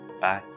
Bye